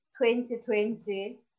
2020